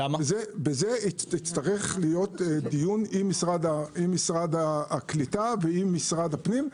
בזה הצטרך להיות דיון עם משרד הקליטה ועם משרד הפנים,